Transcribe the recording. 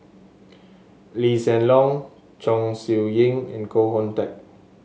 Lee Hsien Loong Chong Siew Ying and Koh Hoon Teck